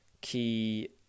key